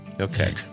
okay